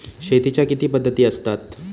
शेतीच्या किती पद्धती असतात?